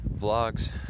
Vlogs